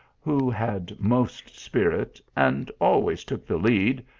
who had most spirit, and always took the lead,